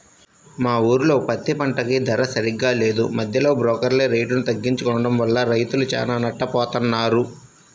మా ఊర్లో పత్తి పంటకి ధర సరిగ్గా లేదు, మద్దెలో బోకర్లే రేటుని తగ్గించి కొనడం వల్ల రైతులు చానా నట్టపోతన్నారు